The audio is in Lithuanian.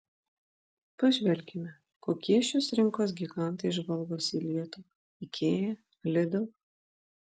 pažvelkime kokie šios rinkos gigantai žvalgosi į lietuvą ikea lidl